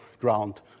ground